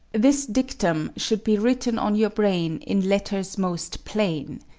this dictum should be written on your brain in letters most plain.